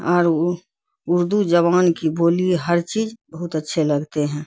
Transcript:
اور اردو زبان کی بولی ہر چیز بہت اچھے لگتے ہیں